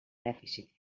dèficit